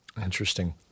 Interesting